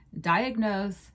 diagnose